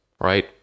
right